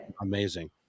amazing